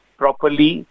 properly